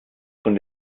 von